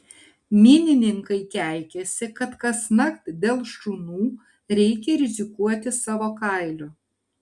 minininkai keikiasi kad kasnakt dėl šunų reikia rizikuoti savo kailiu